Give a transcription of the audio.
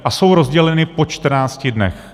A jsou rozděleny po čtrnácti dnech.